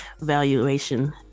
valuation